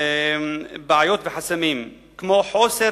בעיות וחסמים, כמו חוסר